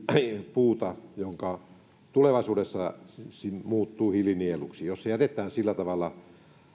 puuta joka tulevaisuudessa muuttuu hiilinieluksi jos se jätetään sillä tavalla